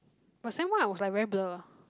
but sem one I was like very blur